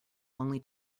only